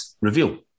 reveal